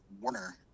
Warner